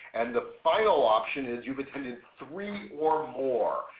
and the final option is you've attended three or more.